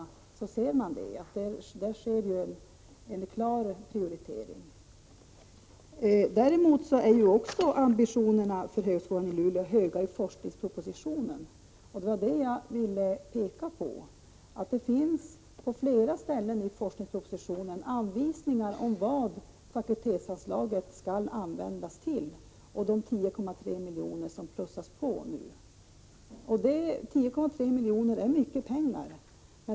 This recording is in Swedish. Där sker en klar prioritering. Ambitionerna för högskolan i Luleå är höga också i forskningspropositio nen. Det var det jag ville peka på. Det finns på flera ställen i forskningspropo = Prot. 1986/87:131 sitionen anvisningar om vad fakultetsanslaget och de 10,3 miljoner som 26 maj 1987 plussas på skall användas till. 10,3 miljoner är mycket pengar.